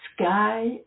sky